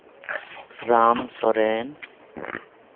Ram Soren